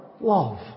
love